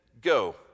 go